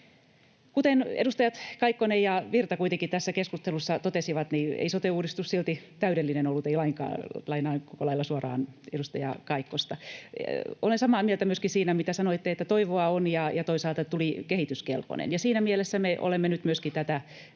Kuten edustajat Kaikkonen ja Virta kuitenkin tässä keskustelussa totesivat, ei sote-uudistus silti täydellinen ollut, ei lainkaan — lainaan koko lailla suoraan edustaja Kaikkosta. Olen samaa mieltä myöskin siinä, mitä sanoitte, että toivoa on ja toisaalta että mallista tuli kehityskelpoinen. Siinä mielessä me myöskin